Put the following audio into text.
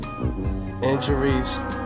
injuries